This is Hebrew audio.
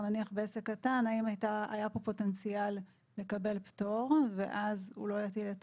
נניח בעסק קטן אם היה כאן פוטנציאל לקבל פטור ואז הוא לא יזהה את